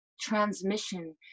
transmission